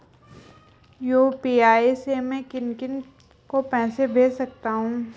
UPI से मैं किन किन को पैसे भेज सकता हूँ?